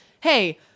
Hey